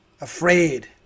afraid